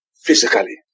physically